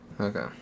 Okay